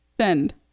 Send